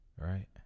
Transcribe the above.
Right